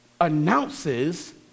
announces